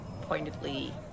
pointedly